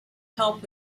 help